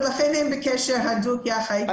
לכן הם בקשר הדוק יחד אתי.